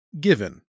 given